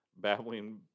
Babbling